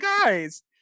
guys